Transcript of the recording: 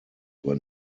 were